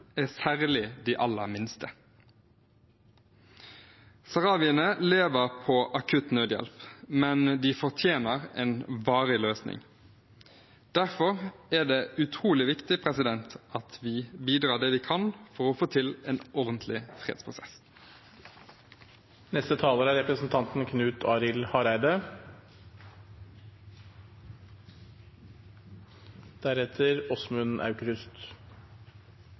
er særlig de aller minste. Saharawiene lever på akutt nødhjelp, men de fortjener en varig løsning. Derfor er det utrolig viktig at vi bidrar det vi kan for å få til en ordentlig fredsprosess.